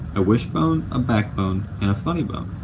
a wishbone, a backbone, and a funny bone.